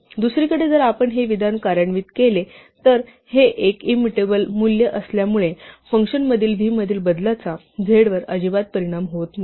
दुसरीकडे जर आपण हे विधान कार्यान्वित केले तर हे एक इंमुटेबल मूल्य असल्यामुळे फंक्शनमधील v मधील बदलाचा z वर अजिबात परिणाम होत नाही